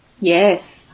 Yes